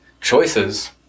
choices